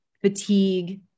fatigue